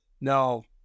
No